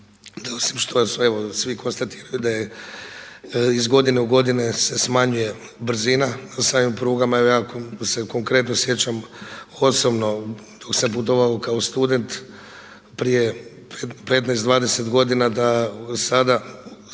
su evo svi konstatirali da je iz godine u godinu se smanjuje brzina na samim prugama evo ja se konkretno sjećam osobno dok sam putovao kao student prije 15, 20 godina da sada